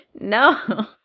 No